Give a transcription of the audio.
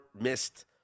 missed